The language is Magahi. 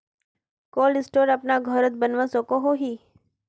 कोल्ड स्टोर अपना घोरोत बनवा सकोहो ही?